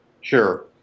Sure